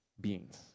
beings